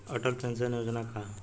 Atal pension Yojana का ह?